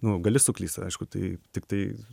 nu gali suklyst ir aišku tai tiktai